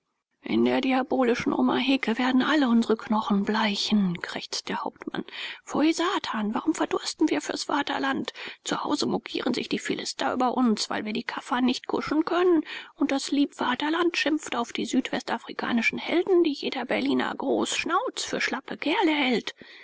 in der diabolischen omaheke werden alle unsere knochen bleichen krächzt der hauptmann pfui satan warum verdursten wir fürs vaterland zu hause mokieren sich die philister über uns weil wir die kaffern nicht kuschen können und das liebvaterland schimpft auf die südwestafrikanischen helden die jeder berliner großschnauz für schlappe kerle hält